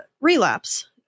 relapse